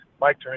Mike